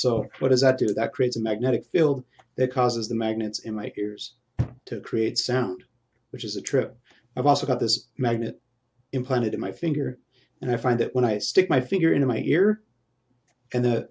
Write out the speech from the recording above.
so what does it do that creates a magnetic field that causes the magnets in my ears to create sound which is a trip i've also got this magnet implanted in my finger and i find it when i stick my finger in my ear and